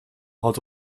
had